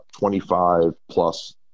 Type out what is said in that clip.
25-plus